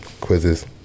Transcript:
Quizzes